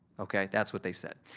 okay? that's what they said.